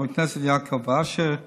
חבר הכנסת יעקב אשר,